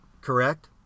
correct